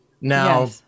Now